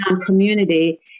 community